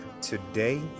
today